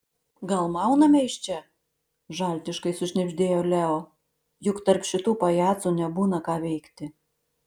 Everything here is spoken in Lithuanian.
gal mauname iš čia žaltiškai sušnibždėjo leo juk tarp šitų pajacų nebūna ką veikti